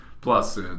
plus